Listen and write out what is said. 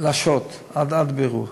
להשעות עד בירור.